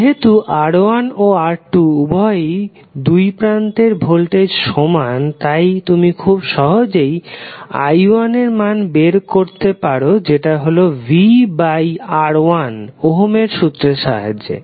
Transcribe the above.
যেহেতু R1 ও R2 উভয়েরই দুইপ্রান্তের ভোল্টেজ সমান তাই তুমি খুব সহজেই i1 এর মান বের করতে পারো যেটা হলো vR1 ওহমের সূত্রের সাহায্যে